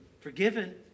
forgiven